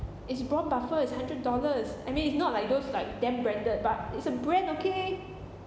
it's braun buffel it's hundred dollars I mean it's not like those like damn branded but it's a brand okay